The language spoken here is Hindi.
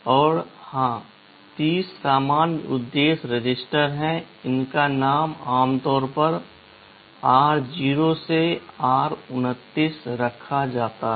और हां 30 सामान्य उद्देश्य रजिस्टर हैं इनका नाम आमतौर पर r0 से r29 रखा जाता है